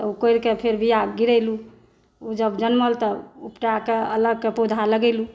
तऽ ओ कोरिक फेर बिया गिरेलहुॅं ओ जब जनमल तब उपटाके अलग के पौधा लगेलहुॅं